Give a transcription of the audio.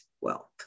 wealth